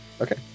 okay